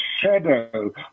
shadow